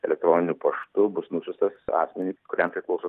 elektroniniu paštu bus nusiųstas asmeniui kuriam priklauso